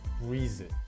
reason